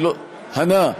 הנא.